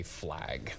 flag